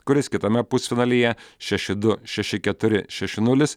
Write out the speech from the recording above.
kuris kitame pusfinalyje šeši du šeši keturi šeši nulis